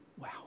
Wow